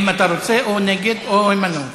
אם אתה רוצה, או נגד או הימנעות.